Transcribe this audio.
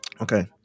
okay